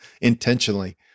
intentionally